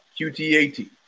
QTAT